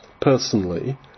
personally